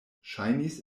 ŝajnis